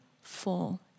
full